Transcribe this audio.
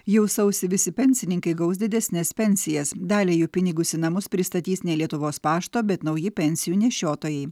jau sausį visi pensininkai gaus didesnes pensijas daliai jų pinigus į namus pristatys ne lietuvos pašto bet nauji pensijų nešiotojai